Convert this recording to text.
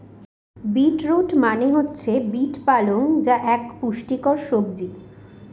beet root মনে হচ্ছে beet পালং যা এক পুষ্টিকর সবজি